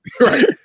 Right